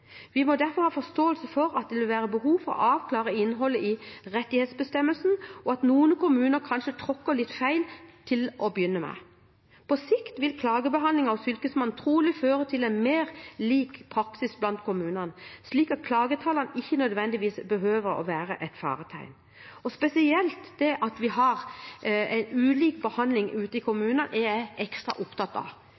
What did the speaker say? Vi må derfor ha forståelse for at det vil være behov for å avklare innholdet i rettighetsbestemmelsen, og at noen kommuner kanskje tråkker litt feil til å begynne med. På sikt vil klagebehandlingen hos Fylkesmannen trolig føre til en mer lik praksis blant kommunene, slik at klagetallene ikke nødvendigvis behøver å være et faretegn. Det at vi har ulik behandling ute i